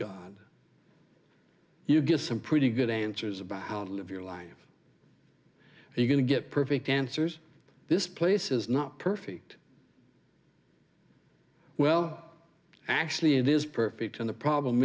god you get some pretty good answers about how to live your life you're going to get perfect answers this place is not perfect well actually it is perfect and the problem